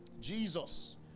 Jesus